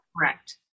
correct